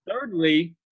thirdly